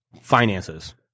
finances